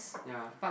ya